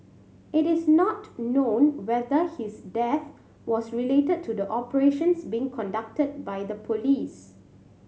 it is not known whether his death was related to the operations being conducted by the police